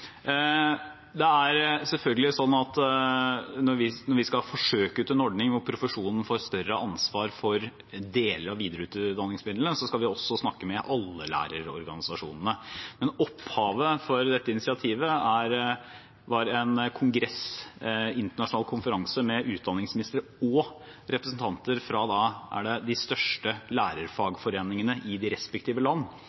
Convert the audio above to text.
Det er selvfølgelig sånn at når vi skal forsøke ut en ordning hvor profesjonen får større ansvar for deler av videreutdanningsmidlene, så skal vi også snakke med alle lærerorganisasjonene. Men opphavet for dette initiativet var en kongress, en internasjonal konferanse, med utdanningsministre og representanter fra de største